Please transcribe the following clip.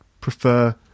prefer